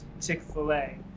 Chick-fil-A